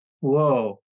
whoa